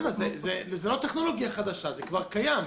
זו לא טכנולוגיה חדשה, זה כבר קיים.